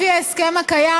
לפי ההסכם הקיים,